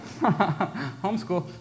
Homeschool